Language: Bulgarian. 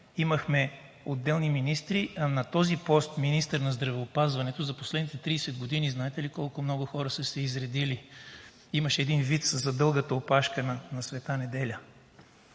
имахме отделни министри, а на този пост „министър на здравеопазването“ за последните 30 години знаете ли колко много са се изредили? Имаше един виц за дългата опашка на „Св. Неделя“.